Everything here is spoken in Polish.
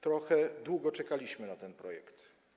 Trochę długo czekaliśmy na ten projekt.